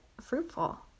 fruitful